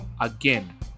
again